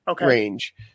range